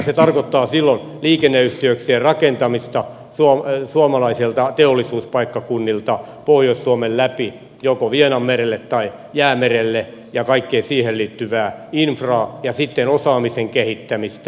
se tarkoittaa silloin liikenneyhteyksien rakentamista suomalaisilta teollisuuspaikkakunnilta pohjois suomen läpi joko vienanmerelle tai jäämerelle ja kaikkea siihen liittyvää infraa osaamisen kehittämistä